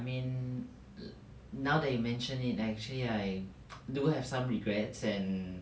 I mean now that you mention it actually I do have some regrets and